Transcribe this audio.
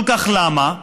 כל כך למה?